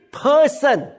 person